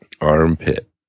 Armpit